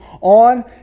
on